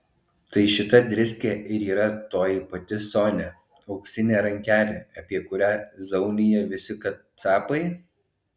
tai šita driskė ir yra toji pati sonia auksinė rankelė apie kurią zaunija visi kacapai